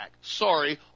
Sorry